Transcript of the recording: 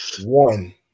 one